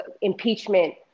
impeachment